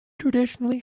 traditionally